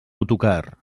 autocar